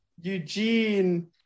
Eugene